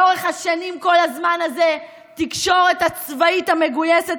לאורך השנים כל הזמן הזה התקשורת הצבאית המגויסת